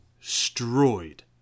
destroyed